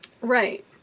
Right